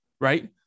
right